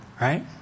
right